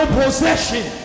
possession